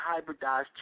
hybridized